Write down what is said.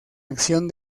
acción